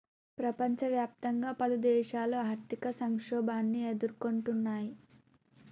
ప్రపంచవ్యాప్తంగా పలుదేశాలు ఆర్థిక సంక్షోభాన్ని ఎదుర్కొంటున్నయ్